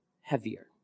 heavier